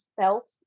felt